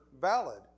valid